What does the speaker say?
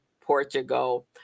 Portugal